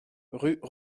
rue